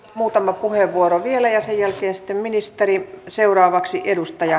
muutama puheenvuoro vielä ja sen jälkeen sitten ministeri